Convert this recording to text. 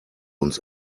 uns